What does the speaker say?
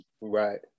right